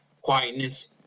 quietness